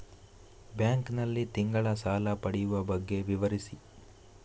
Bank ನಲ್ಲಿ ತಿಂಗಳ ಸಾಲ ಪಡೆಯುವ ಬಗ್ಗೆ ವಿವರಿಸಿ?